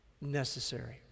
necessary